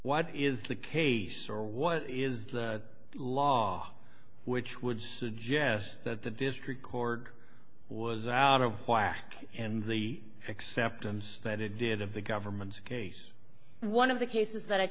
what is the case or what is the law which would suggest that the district cord was out of whack and the accept him spend it did of the government's case one of the cases that